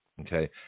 okay